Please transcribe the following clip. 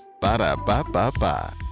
Ba-da-ba-ba-ba